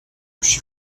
uscì